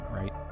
right